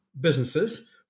businesses